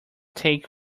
take